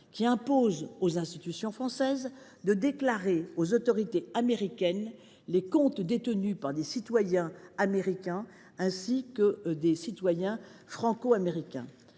qui impose aux institutions françaises de déclarer aux autorités américaines les comptes détenus par des citoyens américains ou franco américains.